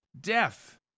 death